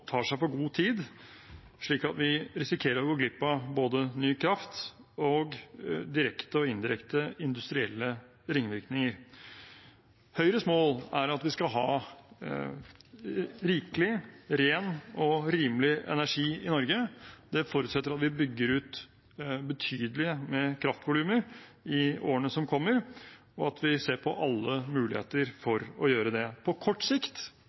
direkte og indirekte industrielle ringvirkninger. Høyres mål er at vi skal ha rikelig med ren og rimelig energi i Norge. Det forutsetter at vi bygger ut betydelige kraftvolumer i årene som kommer, og at vi ser på alle muligheter for å gjøre det. På kort sikt